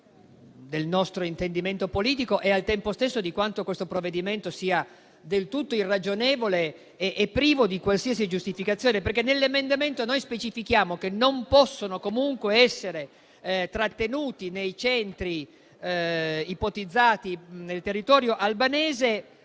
del nostro intendimento politico e, al tempo stesso, di quanto questo provvedimento sia del tutto irragionevole e privo di qualsiasi giustificazione. Nell'emendamento noi specifichiamo che non possono comunque essere trattenuti nei centri ipotizzati nel territorio albanese